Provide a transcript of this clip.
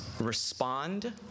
Respond